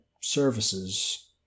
services